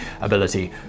ability